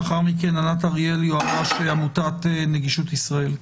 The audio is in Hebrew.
לאחריו, ענת אריאלי, יועמ"ש עמותת נגישות ישראל.